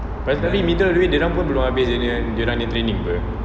pasal ni middle the way dorang pun belum habis dorang punya geylang nya training [pe]